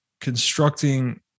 constructing